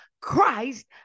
Christ